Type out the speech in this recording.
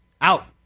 Out